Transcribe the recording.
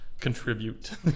contribute